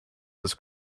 this